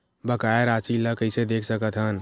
बकाया राशि ला कइसे देख सकत हान?